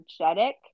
energetic